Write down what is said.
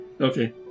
Okay